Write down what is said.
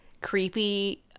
creepy